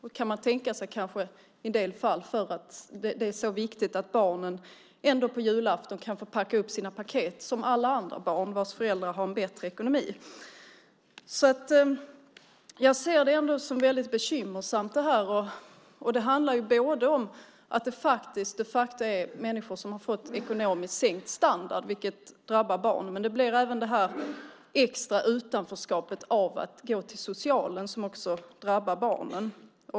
Man kan kanske tänka sig att det sker i en del fall för att det är så viktigt att barnen på julafton får öppna sina paket som alla andra barn, vars föräldrar har en bättre ekonomi. Jag ser ändå det här som väldigt bekymmersamt. Det handlar om att det faktiskt är människor som har fått ekonomiskt sänkt standard, vilket drabbar barnen. Men det blir även det här extra utanförskapet av att man får gå till socialen, som också drabbar barnen.